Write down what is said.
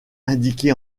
indiqué